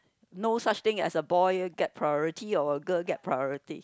no such thing as a boy get priority or girl get priority